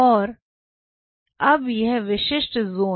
और अब यह विशिष्ट ज़ोन